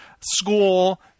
school